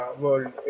world